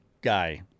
guy